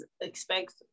expects